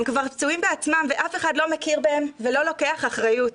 הם כבר פצועים בעצמם ואף אחד לא מכיר בהם ולא לוקח אחריות.